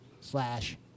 slash